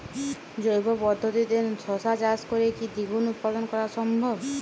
জৈব পদ্ধতিতে শশা চাষ করে কি দ্বিগুণ উৎপাদন করা সম্ভব?